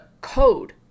code